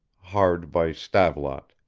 hard by stavelot,